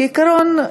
כעיקרון,